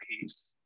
peace